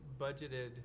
budgeted